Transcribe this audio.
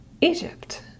Egypt